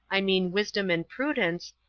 i mean wisdom and prudence,